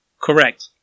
Correct